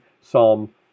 Psalm